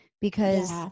because-